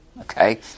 Okay